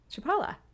Chapala